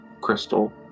crystal